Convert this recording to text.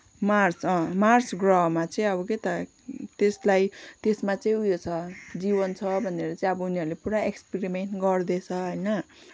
Mars अ Mars ग्रहमा चाहिँ अब के त त्यसलाई त्यसमा चाहिँ उयो छ जीवन छ भनेर चाहिँ अब उनीहरूले पुरा एक्सपिरिमेन्ट गर्दैछ होइन